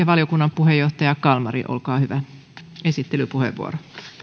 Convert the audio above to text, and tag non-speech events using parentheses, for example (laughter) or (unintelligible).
(unintelligible) valiokunnan puheenjohtaja edustaja kalmari olkaa hyvä